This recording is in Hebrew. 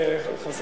התייחס.